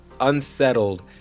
unsettled